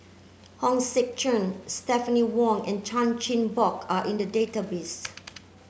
Hong Sek Chern Stephanie Wong and Chan Chin Bock are in the database